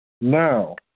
Now